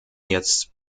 jetzt